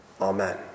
Amen